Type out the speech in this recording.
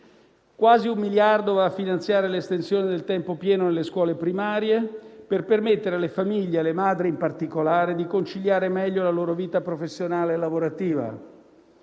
quasi un miliardo va a finanziare l'estensione del tempo pieno nelle scuole primarie per permettere alle famiglie - e alle madri, in particolare - di conciliare meglio la loro vita professionale e lavorativa.